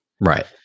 Right